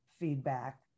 feedback